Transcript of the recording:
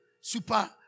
super